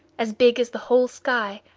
as big as the whole sky,